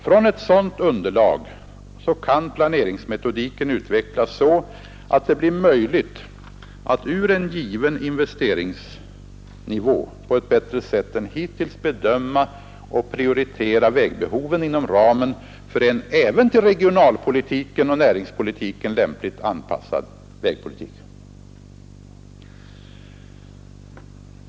Från ett sådant underlag kan planeringsmetodiken utvecklas så att det blir möjligt att från en given investeringsnivå bättre än hittills bedöma och prioritera vägbehoven inom ramen för en även till regionalpolitiken och näringspolitiken lämpligt anpassad vägpolitik.